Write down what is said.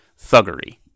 thuggery